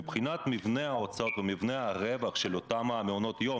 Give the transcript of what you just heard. מבחינת מבנה ההוצאות או מבנה הרווח של אותם מעונות יום,